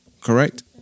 Correct